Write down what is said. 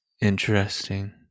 interesting